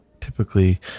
typically